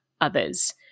others